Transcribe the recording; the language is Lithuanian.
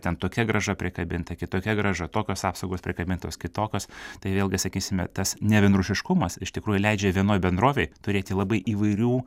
ten tokia grąža prikabinta kitokia grąža tokios apsaugos prikabintos kitokios tai vėlgi sakysime tas nevienarūšiškumas iš tikrųjų leidžia vienoj bendrovėj turėti labai įvairių